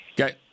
okay